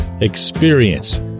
experience